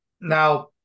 now